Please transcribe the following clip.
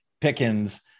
Pickens